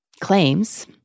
claims